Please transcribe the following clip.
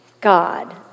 God